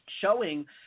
showing